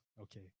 Okay